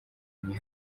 nti